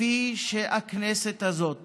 וכפי שהכנסת הזאת